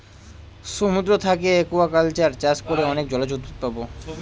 সমুদ্র থাকে একুয়াকালচার চাষ করে অনেক জলজ উদ্ভিদ পাবো